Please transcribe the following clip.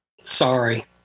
sorry